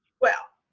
well,